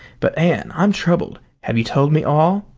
but, anne, i'm troubled have you told me all?